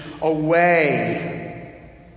away